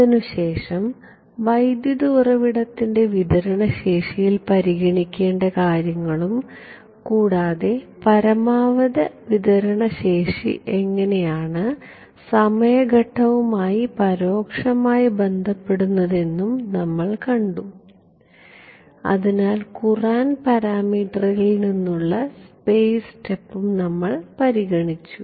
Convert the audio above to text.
അതിനുശേഷം വൈദ്യുത ഉറവിടത്തിൻറെ വിതരണശേഷിയിൽ പരിഗണിക്കേണ്ട കാര്യങ്ങളും കൂടാതെ പരമാവധി വിതരണശേഷി എങ്ങനെയാണ് സമയ ഘട്ടവുമായി പരോക്ഷമായി ബന്ധപ്പെടുന്നതെന്നും നമ്മൾ കണ്ടു അതിനാൽ കുറന്റ് പാരാമീറ്ററിൽ നിന്നുള്ള സ്പേസ് സ്റ്റെപ്പും നമ്മൾ പരിഗണിച്ചു